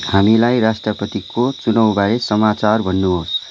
हामीलाई राष्ट्रपतिको चुनावबारे समाचार भन्नुहोस्